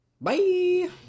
Bye